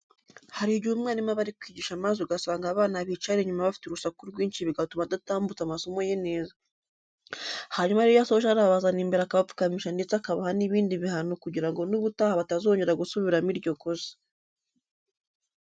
Hari igihe umwarimu aba ari kwigisha maze ugasanga abana bicara inyuma bafite urusaku rwinshi bigatuma adatambutsa amasomo ye neza. Hanyuma rero iyo asoje arabazana imbere akabapfukamisha ndetse akabaha n'ibindi bihano kugira ngo n'ubutaha batazongera gusubiramo iryo kosa.